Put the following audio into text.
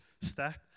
step